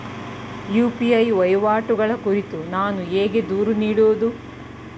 UPI ವಹಿವಾಟುಗಳ ಕುರಿತು ನಾನು ಹೇಗೆ ದೂರು ನೀಡುವುದು?